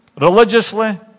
religiously